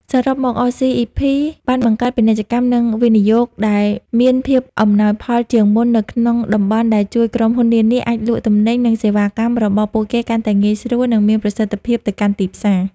សរុបមក អ សុី អុី ភី (RCEP)បានបង្កើត ពាណិជ្ជកម្ម និងវិនិយោគដែលមានភាពអំណោយផលជាងមុននៅក្នុងតំបន់ ដែលជួយក្រុមហ៊ុននានាអាចលក់ទំនិញ និងសេវាកម្មរបស់ពួកគេកាន់តែងាយស្រួល និងមានប្រសិទ្ធភាពទៅកាន់ទីផ្សារ។